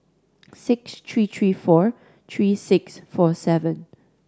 six three three four three six four seven